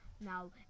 Now